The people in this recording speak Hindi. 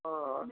हाँ